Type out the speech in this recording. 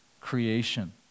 creation